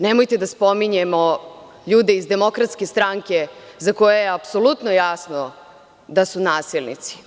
Nemojte da spominjemo ljude iz DS za koje je apsolutno jasno da su nasilnici.